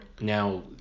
now